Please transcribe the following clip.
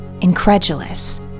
incredulous